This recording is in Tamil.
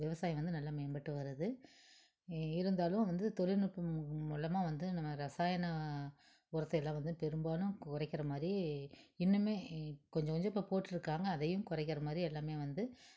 விவசாயம் வந்து நல்லா மேம்பட்டு வருது இருந்தாலும் வந்து தொழில்நுட்பம் மூலமாக வந்து நம்ம ரசாயன உரத்தையெல்லாம் வந்து பெரும்பாலும் குறக்கறமாரி இன்னுமே கொஞ்சம் கொஞ்சம் இப்போ போட்டிருக்காங்க அதையும் குறக்கிறமாரி எல்லாமே வந்து